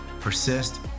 persist